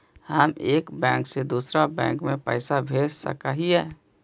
हम एक बैंक से दुसर बैंक में पैसा भेज सक हिय?